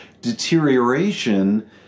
deterioration